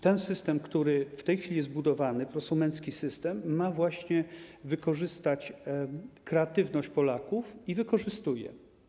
Ten system, który w tej chwili jest budowany - prosumencki system - ma wykorzystać kreatywność Polaków, i wykorzystuje.